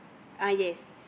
ah yes